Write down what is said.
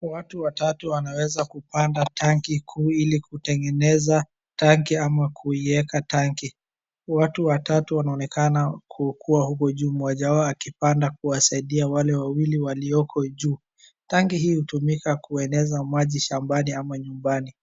Watu watatu wanaweza kupanda tanki kuu ili kutengeneza tanki ama kuieka tanki. Watu watatu wanaonekana kukuwa huko juu mmoja wao akipanda kuwasaidia wale wawili walioko juu. Tanki hii hutumika kueneza maji shambani ama nyumbani.